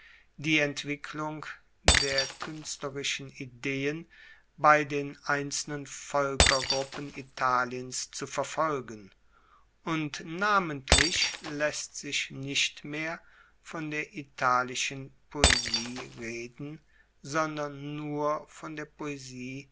die entwicklung der kuenstlerischen ideen bei den einzelnen voelkergruppen italiens zu verfolgen und namentlich laesst sich nicht mehr von der italischen poesie reden sondern nur von der poesie